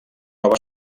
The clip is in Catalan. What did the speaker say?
nova